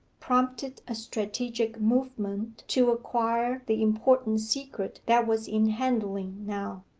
prompted a strategic movement to acquire the important secret that was in handling now.